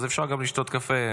אז אפשר לשתות קפה,